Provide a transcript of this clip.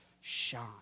shine